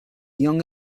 young